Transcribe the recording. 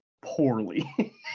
poorly